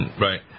Right